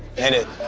hit it.